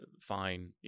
fine